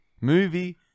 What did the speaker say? movie